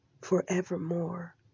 forevermore